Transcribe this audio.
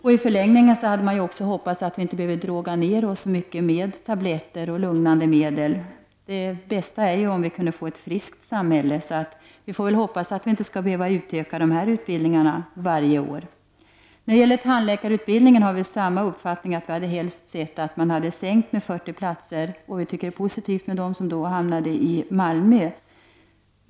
I förlängningen hade man också hoppats att vi inte behöver droga ner oss så mycket med tabletter och lugnande medel. Det bästa vore om vi kunde få ett friskt samhälle. Vi hoppas att dessa utbildningar inte skall behöva utökas varje år. I fråga om tandläkarutbildningen har vi samma uppfattning. Vi hade helst sett att antalet platser hade skurits ned med 40. Det är ändå positivt med de platser som hamnat i Malmö.